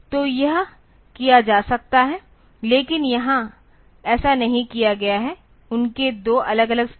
तो यह किया जा सकता है लेकिन यहां ऐसा नहीं किया गया है उनके दो अलग अलग स्टेटमेंट हैं